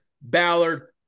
Ballard